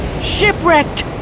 Shipwrecked